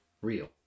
real